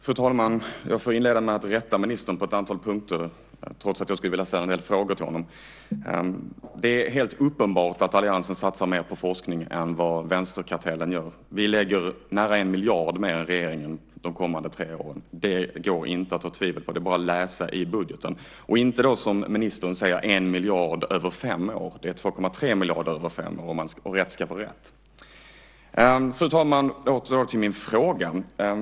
Fru talman! Jag inleder med att rätta ministern på ett antal punkter, trots att jag vill ställa en del frågor till honom. Det är helt uppenbart att alliansen satsar mer på forskning än vad vänsterkartellen gör. Vi lägger nära 1 miljard mer än regeringen de kommande tre åren. Det råder inget tvivel om det. Det är bara att läsa i budgeten. Det är inte, som ministern säger, 1 miljard över fem år. Det är 2,3 miljarder över fem år; rätt ska vara rätt. Fru talman!